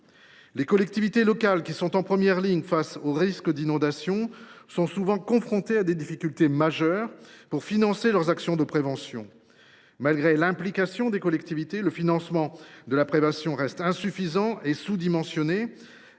Les collectivités locales, qui sont en première ligne face au risque d’inondation, sont souvent confrontées à des difficultés majeures pour financer leurs actions de prévention. Malgré l’implication des collectivités, le financement de la prévention reste insuffisant et sous dimensionné.